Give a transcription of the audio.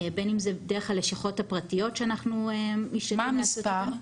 בין אם זה דרך הלשכות הפרטיות --- מה המספר?